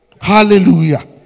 Hallelujah